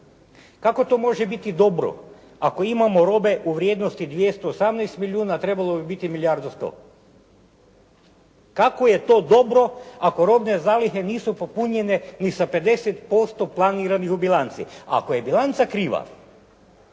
Kako to može biti dobro ako imamo robe u vrijednosti 218 milijuna, a trebalo bi biti milijardu 100? Kako je to dobro, ako robne zalihe nisu popunjene ni sa 50% planiranih u bilanci, a ako je bilanca kriva,